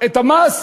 את המס,